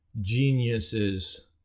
geniuses